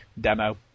demo